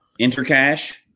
intercash